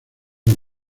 los